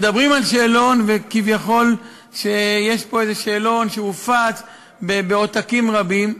מדברים על שאלון ושכביכול יש פה איזה שאלון שהופץ בעותקים רבים,